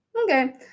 Okay